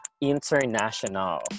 international